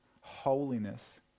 holiness